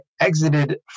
exited